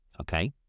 okay